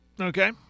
Okay